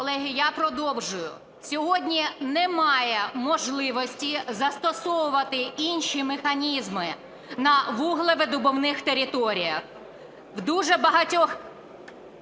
Колеги, я продовжую. Сьогодні немає можливості застосовувати інші механізми на вуглевидобувних територіях. В дуже багатьох